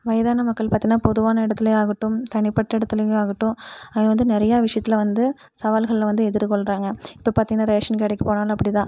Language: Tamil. வயதான மக்கள் பார்த்திங்கன்னா பொதுவான இடத்துலையாகட்டும் தனிப்பட்ட இடத்துலையா ஆகட்டும் அது வந்து நிறையா விஷியத்தில் வந்து சவால்களை வந்து எதிர்கொள்கிறாங்க இப்போ பார்த்திங்கன்னா ரேஷன் கடைக்கு போனாலும் அப்படி தான்